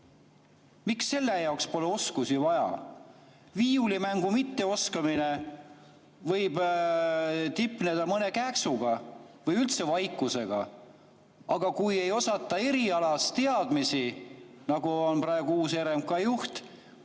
Miks selle jaoks pole oskusi vaja? Viiulimängu mitteoskamine võib tipneda mõne kääksuga või üldse vaikusega, aga kui ei osata erialateadmisi, nagu on praegu uue RMK juhi